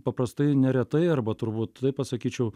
paprastai neretai arba turbūt taip pasakyčiau